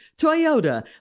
Toyota